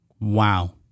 Wow